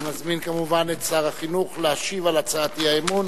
אני מזמין את שר החינוך להשיב על הצעת האי-אמון